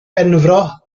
benfro